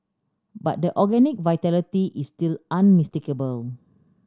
but the organic vitality is still unmistakable